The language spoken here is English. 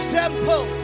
temple